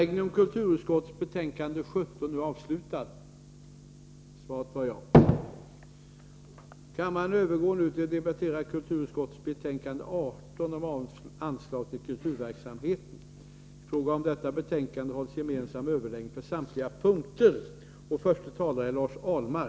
Kammaren övergår nu till att debattera kulturutskottets betänkande 18 om anslag till kulturverksamhet m.m. I fråga om detta betänkande hålls gemensam överläggning för samtliga punkter.